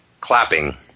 clapping